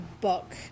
book